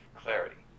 clarity